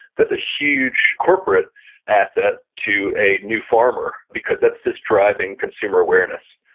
that's a huge corporate asset to a new farmer because that's just driving consumer awareness.